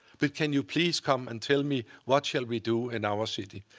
but can you please come and tell me what shall we do in our city?